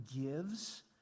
gives